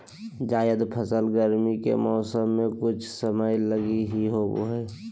जायद फसल गरमी के मौसम मे कुछ समय लगी ही होवो हय